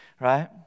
right